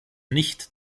nicht